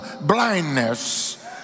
blindness